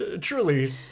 truly